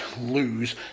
lose